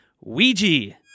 Ouija